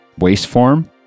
Wasteform